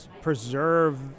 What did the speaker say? preserve